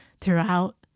throughout